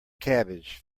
cabbage